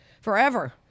forever